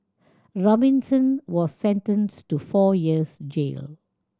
Robinson was sentenced to four years jail